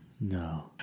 No